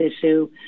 issue